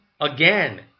Again